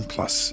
Plus